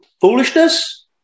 foolishness